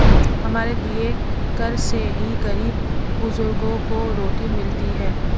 हमारे दिए कर से ही गरीब बुजुर्गों को रोटी मिलती है